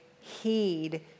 heed